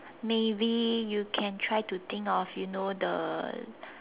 maybe you can try to think of you know the